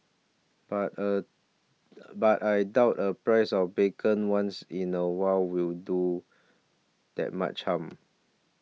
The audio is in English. but a but I doubt a price of bacon once in a while will do that much harm